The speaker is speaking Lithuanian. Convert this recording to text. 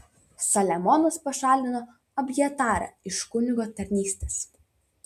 saliamonas pašalino abjatarą iš kunigo tarnystės